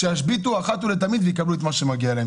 שישביתו אחד ולתמיד ויקבלו את מה שמגיע להן.